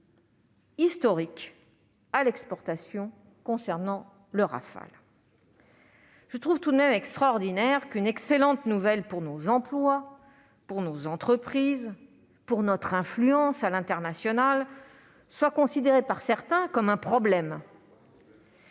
historiques à l'exportation concernant le Rafale, je trouve extraordinaire qu'une excellente nouvelle pour nos emplois, pour nos entreprises et pour notre influence à l'international soit considérée par certains comme un problème.